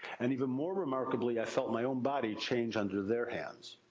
and even more remarkably, i felt my own body change under their hands.